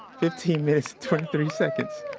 fifteen minutes, twenty three seconds.